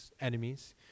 enemies